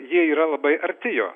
jie yra labai arti jo